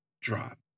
drop